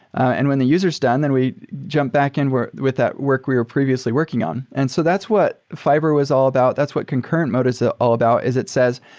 and when the user is done, then we jump back in with that work we are previously working on. and so that's what fiber was all about. that's what concurrent mode is ah all about, is it says,